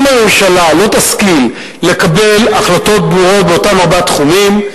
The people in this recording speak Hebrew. אם הממשלה לא תשכיל לקבל החלטות ברורות באותם ארבעה תחומים,